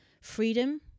freedom